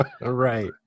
Right